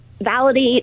validate